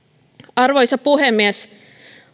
arvoisa puhemies